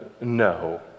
No